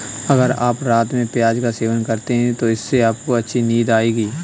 अगर आप रात में प्याज का सेवन करते हैं तो इससे आपको अच्छी नींद आएगी